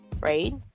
right